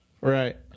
right